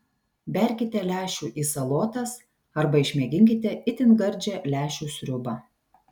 berkite lęšių į salotas arba išmėginkite itin gardžią lęšių sriubą